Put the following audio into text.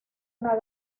una